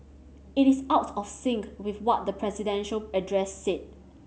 it is out of sync with what the presidential address said